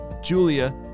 julia